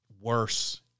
worse